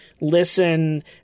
listen